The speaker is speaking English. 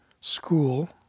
school